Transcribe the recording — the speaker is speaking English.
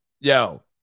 Yo